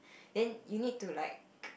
then you need to like